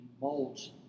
Molds